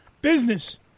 Business